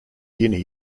guinea